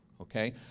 Okay